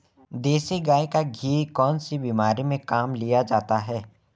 देसी गाय का घी कौनसी बीमारी में काम में लिया जाता है?